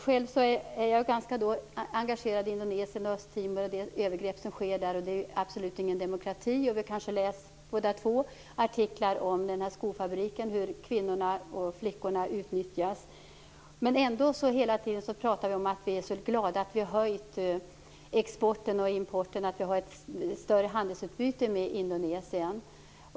Själv är jag ganska engagerad i Indonesien och Östtimor och de övergrepp som sker där. Där är det ju absolut ingen demokrati. Vi kanske båda två har läst artiklar om hur kvinnor och flickor utnyttjas på en skofabrik. Ändå talar vi hela tiden om att vi är så glada över att vi har ökat exporten och importen och att vi har ett större handelsutbyte med Indonesien.